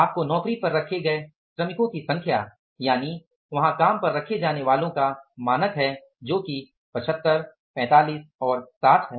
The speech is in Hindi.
आपको नौकरी पर रखे गए श्रमिकों की संख्या यानि वह काम पर रखे जाने वालों का मानक है जो कि 75 45 और 60 है